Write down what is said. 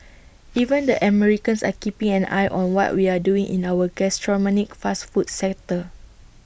even the Americans are keeping an eye on what we're doing in our gastronomic fast food sector